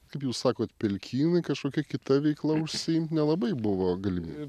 kaip jūs sakot pelkynai kažkokia kita veikla užsiimti nelabai buvo galimybių